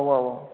औ औ औ